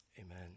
Amen